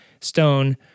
stone